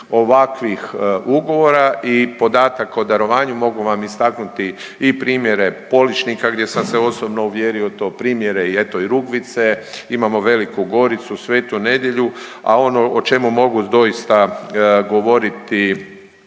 ovakvih ugovora i podatak o darovanju, mogu vam istaknuti i primjere Poličnika gdje sam se osobno uvjerio u to. Primjere i eto i Rugvice, imamo Veliku Goricu, Svetu Nedjelju, a ono o čemu mogu doista govoriti